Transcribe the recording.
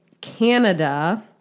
Canada